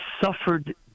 suffered